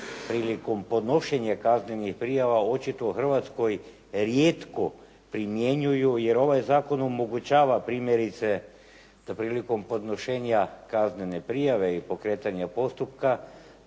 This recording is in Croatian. prilikom podnošenja kaznenih prijava očito u Hrvatskoj rijetko primjenjuju jer ovaj zakon omogućava primjerice da prilikom podnošenja kaznene prijave ili pokretanja postupka